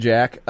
Jack